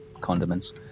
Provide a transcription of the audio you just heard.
condiments